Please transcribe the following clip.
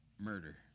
murder